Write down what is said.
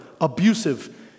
abusive